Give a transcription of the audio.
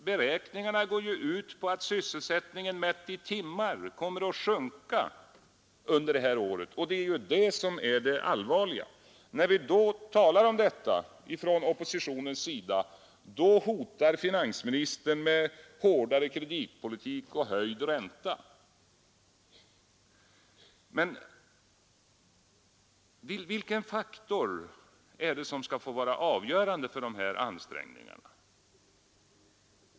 Beräkningar visar att sysselsättningen, mätt i timmar, kommer att sjunka under det här året. Det är det som är det allvarliga. När vi talar om detta från oppositionens sida hotar finansministern med hårdare kreditpolitik och höjd ränta. Vilken faktor är det som skall få vara avgörande för dessa ansträngningar?